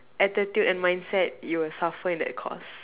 attitude and mindset you will suffer in that course